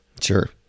Sure